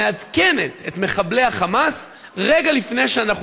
מעדכנת את מחבלי החמאס רגע לפני שאנחנו